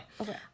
okay